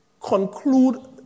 conclude